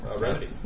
remedy